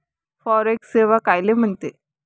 Forex सेवा कायले म्हनते?